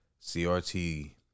CRT